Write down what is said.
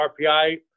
RPI